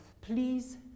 please